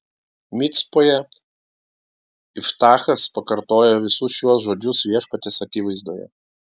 micpoje iftachas pakartojo visus šiuos žodžius viešpaties akivaizdoje